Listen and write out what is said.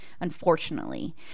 unfortunately